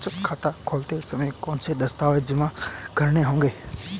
बचत खाता खोलते समय कौनसे दस्तावेज़ जमा करने होंगे?